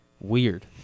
weird